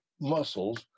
muscles